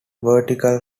vertical